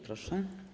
Proszę.